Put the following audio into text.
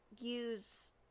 use